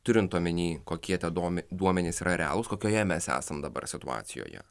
turint omenyje kokie tie duom duomenys yra realūs kokioje mes esam dabar situacijoje